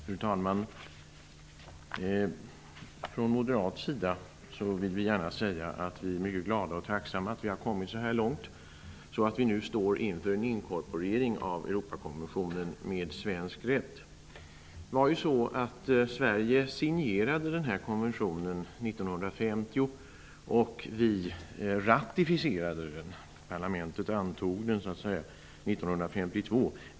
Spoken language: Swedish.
Fru talman! Från moderat sida vill vi gärna säga att vi är mycket glada och tacksamma över att vi har kommit så långt att vi nu står inför en inkorporering av Europakonventionen med svensk rätt. Sverige signerade konventionen 1950. Vi ratificerade den -- parlamentet antog den -- 1952.